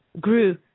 grew